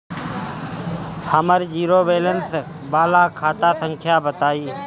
हमर zero balance वाला खाता संख्या बताई?